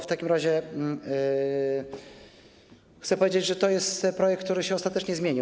W takim razie chcę powiedzieć, że to jest projekt, który się ostatecznie zmienił.